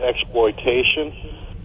exploitation